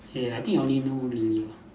eh I think I only know William